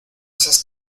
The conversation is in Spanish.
esas